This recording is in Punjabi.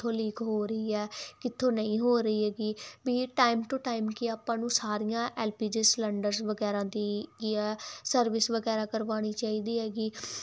ਕਿੱਥੋਂ ਲੀਕ ਹੋ ਰਹੀ ਹੈ ਕਿੱਥੋਂ ਨਹੀਂ ਹੋ ਰਹੀ ਹੈਗੀ ਵੀ ਟਾਈਮ ਟੂ ਟਾਈਮ ਕਿ ਆਪਾਂ ਨੂੰ ਸਾਰੀਆਂ ਐਲ ਪੀ ਜੀ ਸਲੰਡਰਸ ਵਗੈਰਾ ਦੀ ਕੀ ਆ ਸਰਵਿਸ ਵਗੈਰਾ ਕਰਵਾਉਣੀ ਚਾਹੀਦੀ ਹੈਗੀ